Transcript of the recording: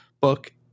book